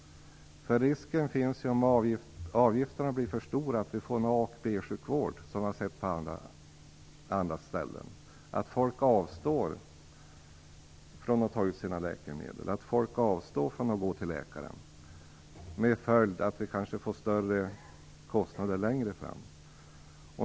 Om avgifterna blir för höga finns ju risken att vi får en A och B sjukvård av den typ som man kan se på en del ställen. Risken finns då att folk avstår från att ta ut sina läkemedel eller från att gå till en läkare, vilket kan få till följd att det blir större kostnader längre fram.